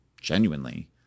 Genuinely